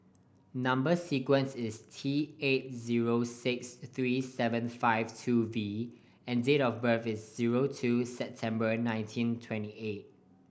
number sequence is T eight zero six three seven five two V and date of birth is zero two September nineteen twenty eight